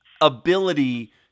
ability